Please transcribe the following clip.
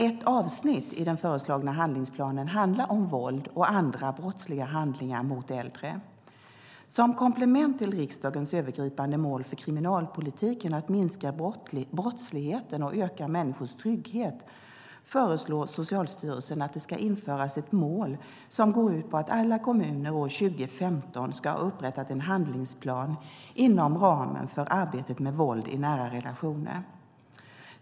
Ett avsnitt i den föreslagna handlingsplanen handlar om våld och andra brottsliga handlingar mot äldre. Som komplement till riksdagens övergripande mål för kriminalpolitiken att minska brottsligheten och öka människors trygghet föreslår Socialstyrelsen att det ska införas ett mål som går ut på att alla kommuner år 2015 ska ha upprättat en handlingsplan inom ramen för arbetet med våld i nära relationer.